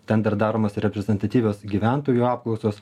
ten dar daromos reprezentatyvios gyventojų apklausos